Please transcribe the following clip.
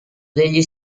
degli